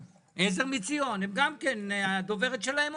וגם הרופאים.